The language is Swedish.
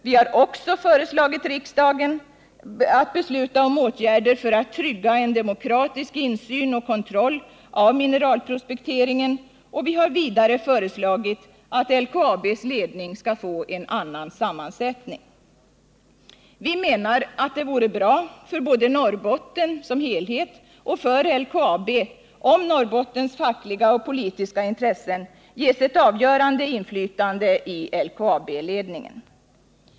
Vi har också föreslagit riksdagen att besluta om åtgärder för att trygga en demokratisk insyn i och kontroll av mineralprospektering. Vidare har vi föreslagit att LKAB:s ledning får en annan sammansättning. Vi menar att det vore bra för både Norrbotten som helhet och LKAB om Norrbottens fackliga och politiska intressen ges ett avgörande inflytande i LKAB-ledningen.